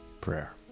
prayer